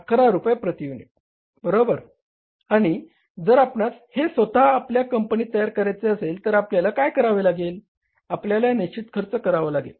11 रुपये प्रति युनिट बरोबर आणि जर आपणास हे स्वतः आपल्या कंपनीत तयार करायचे असेल तर आपल्याला काय करावे लागेल आपल्याला निश्चित खर्च करावा लागेल